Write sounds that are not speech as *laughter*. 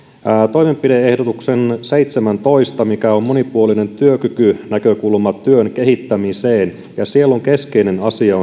toimenpide ehdotuksen seitsemäntoista joka on monipuolinen työkykynäkökulma työn kehittämiseen siellä keskeinen asia *unintelligible*